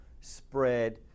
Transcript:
spread